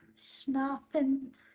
snapping